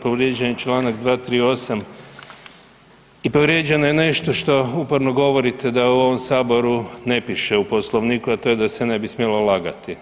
Povrijeđen je čl. 238. i povrijeđeno je nešto što uporno govorite da u ovom Saboru ne piše u Poslovniku, a to je da se ne bi smjelo lagati.